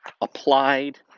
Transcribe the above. applied